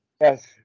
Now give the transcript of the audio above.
Yes